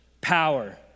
power